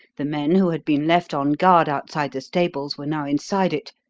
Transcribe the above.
the men who had been left on guard outside the stables were now inside it,